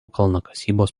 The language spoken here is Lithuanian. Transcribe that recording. kalnakasybos